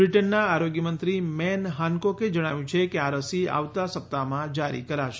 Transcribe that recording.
બ્રિટનના આરોગ્યમંત્રી મેન હાનકોકે જણાવ્યું છે કે આ રસી આવતા સપ્તાહમાં જારી કરાશે